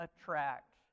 attract